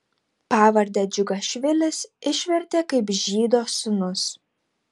pavardę džiugašvilis išvertė kaip žydo sūnus